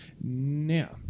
Now